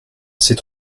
c’est